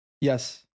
Yes